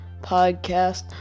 podcast